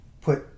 put